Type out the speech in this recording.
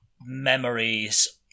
memories